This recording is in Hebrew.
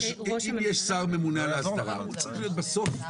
אבל אם יש שר ממונה על ההסדרה הוא צריך להיות בסוף.